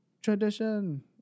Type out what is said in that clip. Tradition